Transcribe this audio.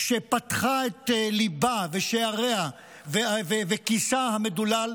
שפתחה את ליבה ושעריה וכיסה המדולל,